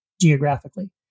geographically